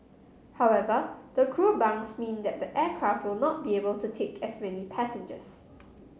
however the crew bunks mean that the aircraft not be able to take as many passengers